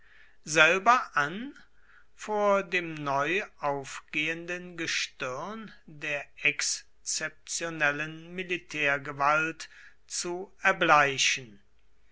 selber an vor dem neu aufgehenden gestirn der exzeptionellen militärgewalt zu erbleichen